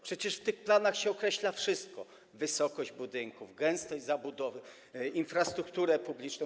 Przecież w tych planach określa się wszystko: wysokość budynków, gęstość zabudowy, infrastrukturę publiczną.